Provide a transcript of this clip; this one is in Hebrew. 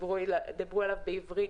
דיברו אליו בעברית,